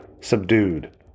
subdued